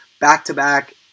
back-to-back